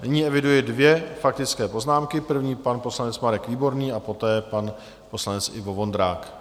Nyní eviduji dvě faktické poznámky první pan poslanec Marek Výborný, poté pan poslanec Ivo Vondrák.